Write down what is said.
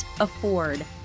afford